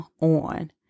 on